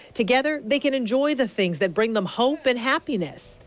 together they can enjoy the things that bring them hope and happiness.